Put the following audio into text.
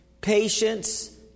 patience